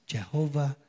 Jehovah